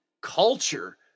culture